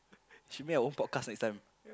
should make our own podcast next time